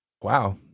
Wow